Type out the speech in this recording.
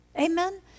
amen